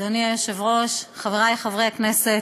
אדוני היושב-ראש, חברי חברי הכנסת,